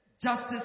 Justice